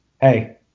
hey